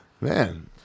man